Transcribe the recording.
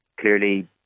Clearly